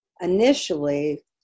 initially